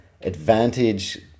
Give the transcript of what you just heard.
advantage